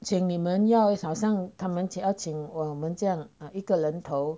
请你们要好像他们要情我们这样啊一个人头